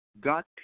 Got